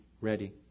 ready